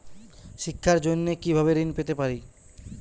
শিক্ষার জন্য কি ভাবে ঋণ পেতে পারি?